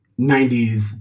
90s